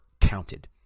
counted